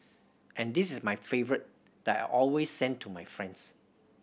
and this is my favourite that I always send to my friends